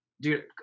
dude